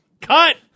Cut